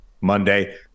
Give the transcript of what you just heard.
Monday